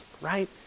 right